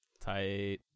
Tight